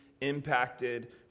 impacted